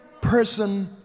person